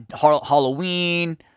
Halloween